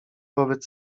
wobec